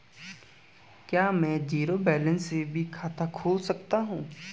क्या में zero balance से भी खाता खोल सकता हूँ?